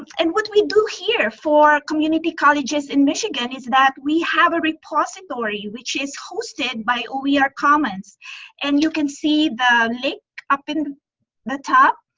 and what we do here for community colleges in michigan is that we have a repository which is hosted by ah oer ah commons and you can see the link up in the top.